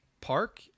Park